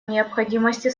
необходимости